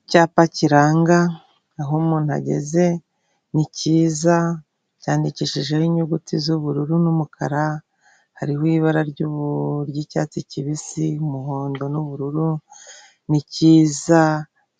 Icyapa kiranga aho umuntu ageze, ni kiza cyandikishjeho inyuguti z'ubururu n'umukara. Hariho ibara ry'icyatsi kibisi, umuhondo n'ubururu, ni kiza